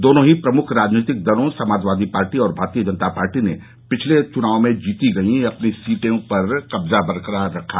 दोनों ही प्रमुख राजनीतिक दलों समाजवादी पार्टी और भारतीय जनता पार्टी ने पिछले चुनाव में जीती गई अपनी सीटों पर कब्जा बरकरार रखा